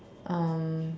um